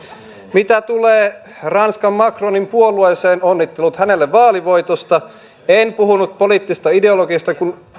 mitä tulee ranskan macronin puolueeseen onnittelut hänelle vaalivoitosta en puhunut poliittisesta ideologiasta kun